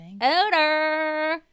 odor